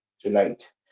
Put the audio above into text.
tonight